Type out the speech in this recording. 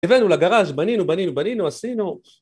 הבאנו לגרז, בנינו, בנינו, בנינו, עשינו